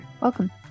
Welcome